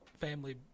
family